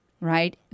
right